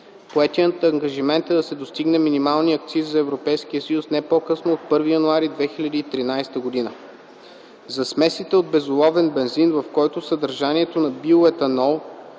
поетият ангажимент е да се достигне минималният акциз за ЕС не по-късно от 1 януари 2013 г.; - за смеси от безоловен бензин, в който съдържанието на биоетанол